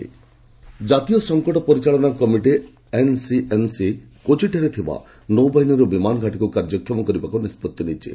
NC MC Kerala ଜାତୀୟ ସଂକଟ ପରିଚାଳନା କମିଟି ଏନ୍ସିଏମ୍ସି କୋଚିଠାରେ ଥିବା ନୌବାହିନୀର ବିମାନଘାଟିକୁ କାର୍ଯ୍ୟକ୍ଷମ କରିବାକୁ ନିଷ୍ପତ୍ତି ନେଇଛି